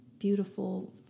beautiful